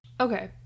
Okay